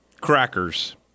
crackers